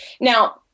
Now